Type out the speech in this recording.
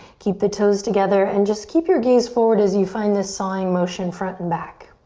keep the toes together and just keep your gaze forward as you find this sawing motion front and back.